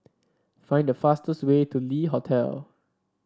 find the fastest way to Le Hotel